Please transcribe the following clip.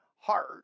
heart